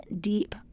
deep